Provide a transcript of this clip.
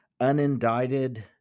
unindicted